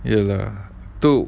ya lah tu